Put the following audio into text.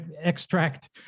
extract